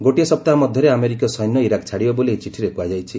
ଗୋଟିଏ ସପ୍ତାହ ମଧ୍ୟରେ ଆମେରିକୀୟ ସୈନ୍ୟ ଇରାକ୍ ଛାଡ଼ିବେ ବୋଲି ଏହି ଚିଠିରେ କୁହାଯାଇଛି